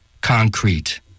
concrete